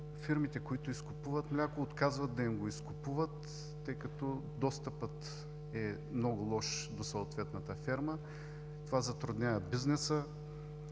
фирмите, които изкупуват мляко, отказват да им го изкупуват, тъй като достъпът е много лош до съответната ферма. Това затруднява бизнеса